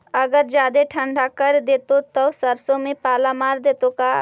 अगर जादे ठंडा कर देतै तब सरसों में पाला मार देतै का?